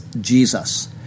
Jesus